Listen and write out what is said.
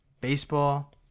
baseball